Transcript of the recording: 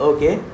Okay